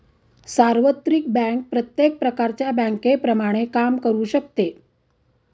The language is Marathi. सार्वत्रिक बँक प्रत्येक प्रकारच्या बँकेप्रमाणे काम करू शकते